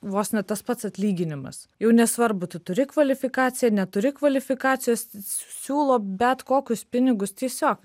vos ne tas pats atlyginimas jau nesvarbu tu turi kvalifikaciją neturi kvalifikacijos siūlo bet kokius pinigus tiesiog